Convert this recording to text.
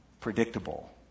predictable